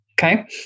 okay